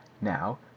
Now